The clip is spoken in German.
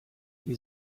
wie